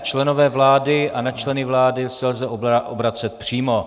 Členové vlády a na členy vlády se lze obracet přímo.